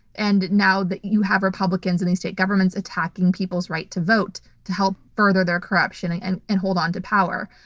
and now that you have republicans in the state governments attacking people's right to vote, to help further their corruption and and and hold onto power.